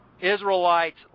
Israelites